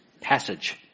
passage